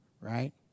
right